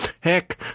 Heck